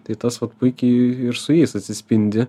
tai tas vat puikiai ir su jais atsispindi